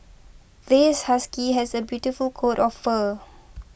this husky has a beautiful coat of fur